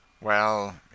Well